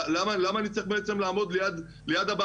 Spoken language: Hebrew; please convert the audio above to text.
למה אני צריך בעצם לעמוד ליד הבית,